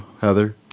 Heather